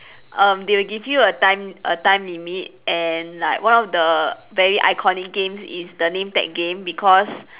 um they will give you a time a time limit and like one of the very iconic games is the name tag game because